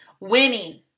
Winning